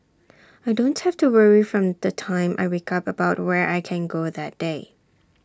I don't have to worry from the time I wake up about where I can go that day